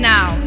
Now